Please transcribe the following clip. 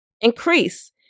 increase